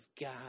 God